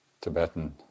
Tibetan